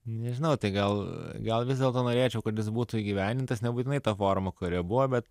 nežinau tai gal gal vis dėlto norėčiau kad jis būtų įgyvendintas nebūtinai tą formą kuria buvo bet